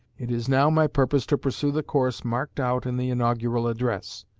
it is now my purpose to pursue the course marked out in the inaugural address.